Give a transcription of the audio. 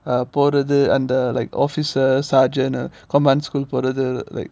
uh போறது அந்த:porathu andha like officers sergeant uh command school for the like